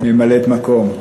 ממלאת מקום.